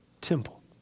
temple